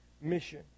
mission